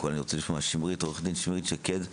עו"ד שמרית שקד,